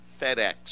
FedEx